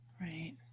right